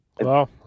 Wow